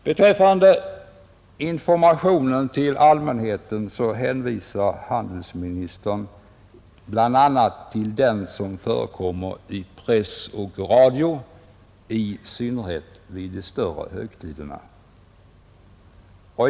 Beträffande informationen till allmänheten hänvisar handelsministern bl.a. till den information som förekommer i press och radio, i synnerhet vid de större högtiderna.